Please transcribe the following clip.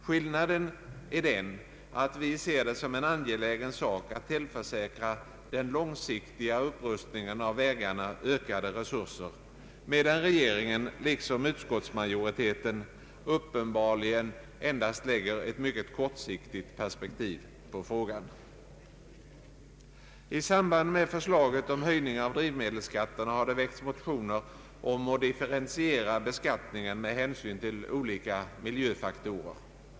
Skillnaden är den att vi ser det som en angelägen sak att tillförsäkra den långsiktiga upprustningen av vägarna ökade resurser, medan regeringen — liksom utskottsmajoriteten — uppenbarligen lägger ett mycket kortsiktigt perspektiv på frågan. I samband med förslaget om höjning av drivmedelsskatterna har det väckts motioner om att differentiera beskattningen med hänsyn till olika miljöfaktorer.